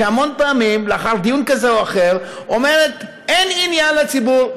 שהמון פעמים לאחר דיון כזה או אחר אומרת: אין עניין לציבור,